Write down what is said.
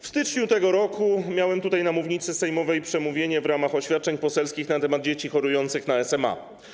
W styczniu tego roku wygłosiłem z mównicy sejmowej przemówienie w ramach oświadczeń poselskich na temat dzieci chorujących na SMA.